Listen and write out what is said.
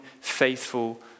faithful